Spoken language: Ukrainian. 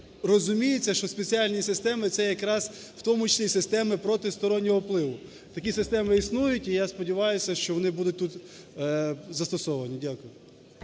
Розуміється, що спеціальні системи, це якраз в тому числі і системи проти стороннього впливу. Такі системи існують. І я сподіваюсь, що вони будуть тут застосовані. Дякую.